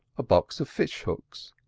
a box of fish hooks.